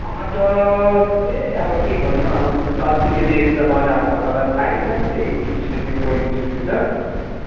टमाटर त्यही अब के भन्नु अब चल्तीको रेट त बजारको अब तपाईँलाई थाहै छ त्यही तिस रुपियाँ पैँतिस रुपियाँ छ